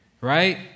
right